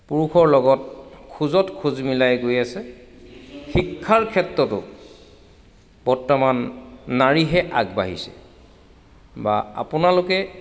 পুৰুষৰ লগত খোজত খোজ মিলাই গৈ আছে শিক্ষাৰ ক্ষেত্ৰতো বৰ্তমান নাৰীহে আগবাঢ়িছে বা আপোনালোকে